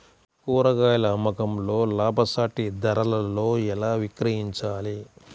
కూరగాయాల అమ్మకంలో లాభసాటి ధరలలో ఎలా విక్రయించాలి?